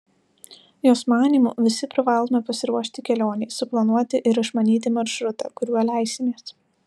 jos manymu visi privalome pasiruošti kelionei suplanuoti ir išmanyti maršrutą kuriuo leisimės